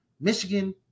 Michigan